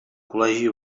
col·legi